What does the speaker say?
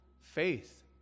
faith